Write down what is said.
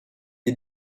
des